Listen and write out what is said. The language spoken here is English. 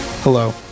Hello